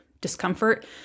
discomfort